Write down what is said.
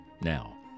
Now